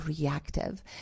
reactive